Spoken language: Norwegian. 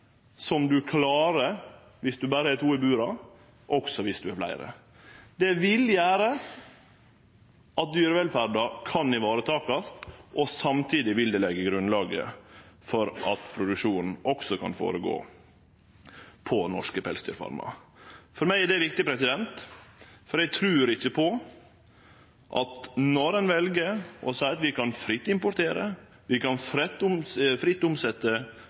som ein klarer dersom ein berre har dei i bura, også dersom det er fleire. Det vil gjere at dyrevelferda kan varetakast, og samtidig vil det leggje grunnlaget for at produksjonen også kan føregå på norske pelsdyrfarmar. For meg er det viktig, for når ein vel å seie at vi kan fritt importere, vi kan fritt